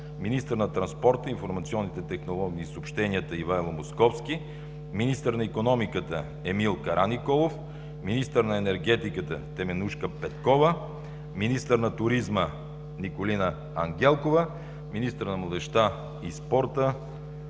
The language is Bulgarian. министър на транспорта, информационните технологии и съобщенията – Ивайло Московски, министър на икономиката – Емил Караниколов, министър на енергетиката – Теменужка Петкова, министър на туризма – Николина Ангелкова, министър на младежта и спорта